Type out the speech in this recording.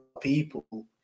people